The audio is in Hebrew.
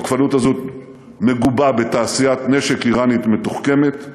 התוקפנות הזאת מגובה בתעשיית נשק איראנית מתוחכמת,